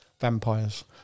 vampires